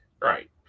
Right